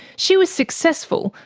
she was successful,